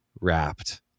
wrapped